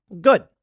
Good